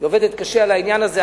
היא עובדת קשה על העניין הזה.